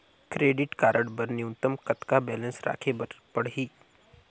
Credit card बर न्यूनतम कतका बैलेंस राखे बर पड़ही?